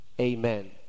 Amen